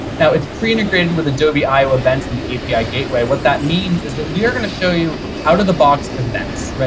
now it's pre-integrated with adobe i o events and the api gateway. what that means is that we are going to show you out of the box events.